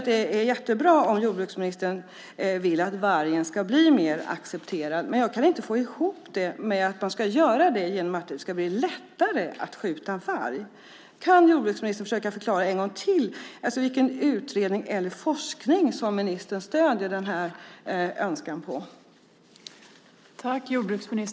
Det är jättebra att jordbruksministern vill att vargen ska bli mer accepterad, men jag kan inte få ihop hur man ska göra det genom att göra det lättare att skjuta varg. Kan jordbruksministern en gång till försöka förklara vilken utredning eller forskning som stöder detta synsätt?